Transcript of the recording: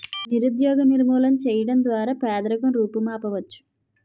నిరుద్యోగ నిర్మూలన చేయడం ద్వారా పేదరికం రూపుమాపవచ్చు